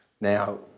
Now